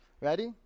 Ready